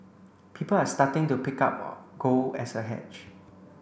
people are starting to pick up on gold as a hedge